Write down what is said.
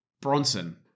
Bronson